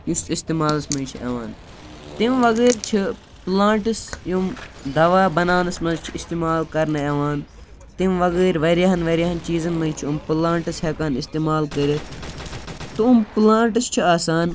یُس اِستعمالَس مَنٛز چھِ یِوان تمہِ وَغٲر چھِ پلانٹٕس یِم دَوا بَناونَس مَنٛز چھِ اِستعمال کَرنہٕ یِوان تمہِ وَغٲر واریاہَن واریاہَن چیٖزَن مَنٛز چھُ یِم پلانٹٕس ہیٚکان اِستعمال کٔرِتھ تِم پلانٹٕس چھِ آسان